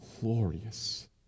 glorious